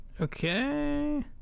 Okay